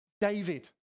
David